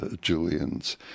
Julian's